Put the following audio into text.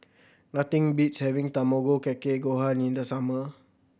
nothing beats having Tamago Kake Gohan in the summer